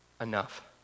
enough